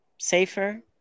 Safer